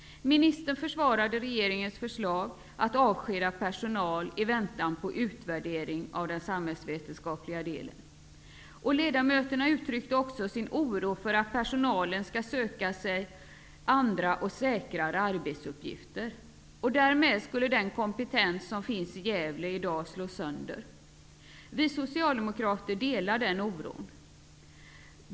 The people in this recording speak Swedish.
Ministern försvarade regeringens förslag att avskeda personal i väntan på utvärderingen av den samhällsvetenskapliga delen. Ledamöterna uttryckte också oro för att personalen skall söka sig andra och säkrare arbetsuppgifter. Därmed skulle den kompetens som finns i Gävle i dag slås sönder. Vi socialdemokrater delar den oron.